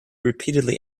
repeatedly